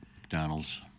McDonald's